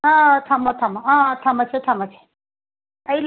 ꯑꯥ ꯊꯝꯃꯣ ꯊꯝꯃꯣ ꯑꯥ ꯊꯝꯃꯁꯤ ꯊꯝꯃꯁꯤ ꯑꯩ